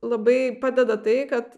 labai padeda tai kad